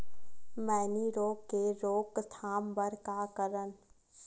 मैनी रोग के रोक थाम बर का करन?